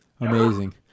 Amazing